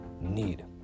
need